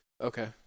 Okay